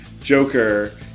Joker